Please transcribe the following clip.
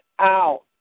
out